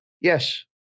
Yes